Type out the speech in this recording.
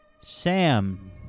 Sam